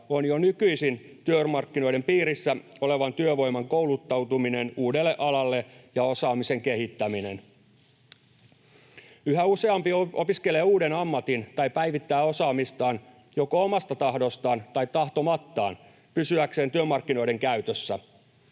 on jo nykyisin työmarkkinoiden piirissä olevan työvoiman kouluttautuminen uudelle alalle ja osaamisen kehittäminen. Yhä useampi opiskelee uuden ammatin tai päivittää osaamistaan joko omasta tahdostaan tai tahtomattaan pysyäkseen työmarkkinoiden käytössä.